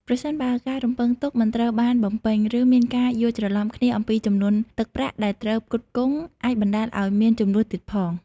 ប្រសិនបើ ការរំពឹងទុកមិនត្រូវបានបំពេញ ឬមានការយល់ច្រឡំគ្នាអំពីចំនួនទឹកប្រាក់ដែលត្រូវផ្គត់ផ្គង់ អាចបណ្ដាលឱ្យមានជម្លោះទៀតផង។